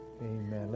Amen